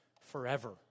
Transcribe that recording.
forever